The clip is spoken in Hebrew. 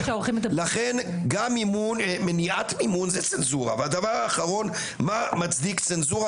לכן גם מניעת מימון זה צנזורה והדבר האחרון מה מצדיק צנזורה,